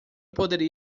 poderia